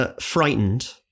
Frightened